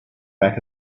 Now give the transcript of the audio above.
back